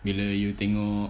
bila you tengok